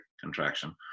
contraction